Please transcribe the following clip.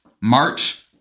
March